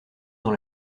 dans